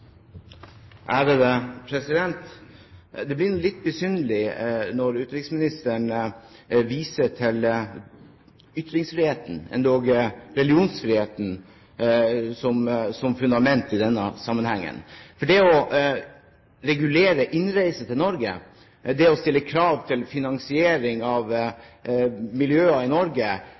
ytringsfriheten, endog religionsfriheten, som fundament i denne sammenhengen. Det å regulere innreise til Norge, det å stille krav til finansiering av miljøer i Norge,